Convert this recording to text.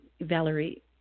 Valerie